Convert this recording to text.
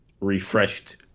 refreshed